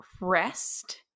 rest